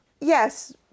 Yes